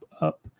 up